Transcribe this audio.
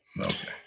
Okay